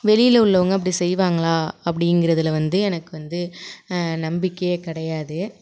வெளியில் உள்ளவங்கள் அப்படி செய்வார்களா அப்படிங்கறதில் வந்து எனக்கு வந்து நம்பிக்கையே கிடையாது